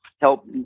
Help